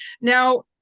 Now